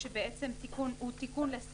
שזה בסוף עמוד 5 בדף שאצלי.